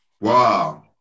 Wow